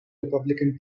republican